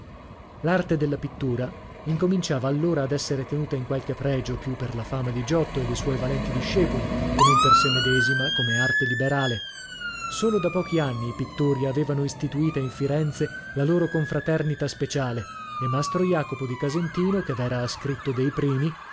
l'arte della pittura incominciava allora ad essere tenuta in qualche pregio più per la fama di giotto e de suoi valenti discepoli che non per sè medesima come arte liberale solo da pochi anni i pittori avevano istituita in firenze la loro confraternita speciale e mastro jacopo di casentino che v'era ascritto dei primi